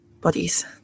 bodies